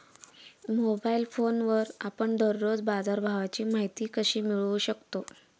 Mobile फोनवर आपण दररोज बाजारभावाची माहिती कशी मिळवू शकतो?